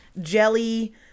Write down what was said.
jelly